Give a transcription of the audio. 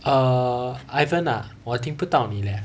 err ivan ah 我听不到你 leh